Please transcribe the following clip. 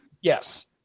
Yes